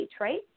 right